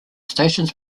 stations